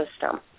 system